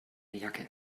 jacke